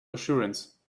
assurance